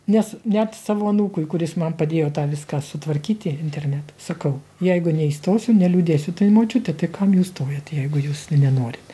nes net savo anūkui kuris man padėjo tą viską sutvarkyti internet sakau jeigu neįstosiu neliūdėsiu tai močiute tai kam jūs stojat jeigu jūs ten nenorit